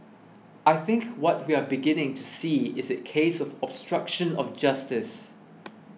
I think what we are beginning to see is a case of obstruction of justice